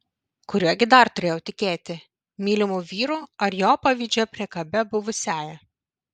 kuriuo gi dar turėjau tikėti mylimu vyru ar jo pavydžia priekabia buvusiąja